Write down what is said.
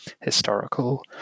historical